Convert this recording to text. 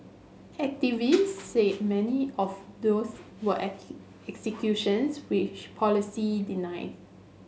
activists say many of those were executions which policy deny